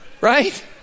Right